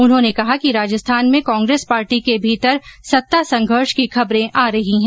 उन्होने कहा कि राजस्थान में कांग्रेस पार्टी के भीतर सत्ता संघर्ष की खबरें आ रही हैं